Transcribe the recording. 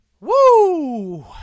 Woo